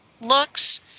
looks